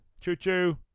Choo-choo